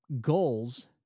Goals